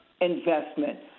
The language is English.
investment